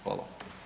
Hvala.